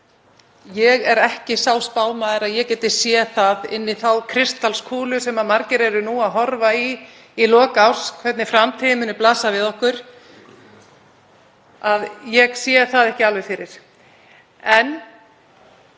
Ég er ekki sá spámaður að ég geti séð inn í þá kristalskúlu sem margir horfa í nú í lok árs, hvernig framtíðin muni blasa við okkur. Ég sé það ekki alveg fyrir. En